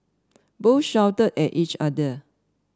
both shouted at each other